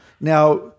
Now